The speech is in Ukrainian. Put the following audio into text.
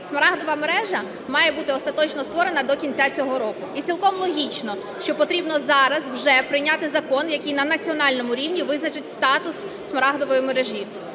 Смарагдова мережа має бути остаточно створена до кінця цього року і цілком логічно, що потрібно зараз вже прийняти закон, який на національному рівні визначить статус Смарагдової мережі.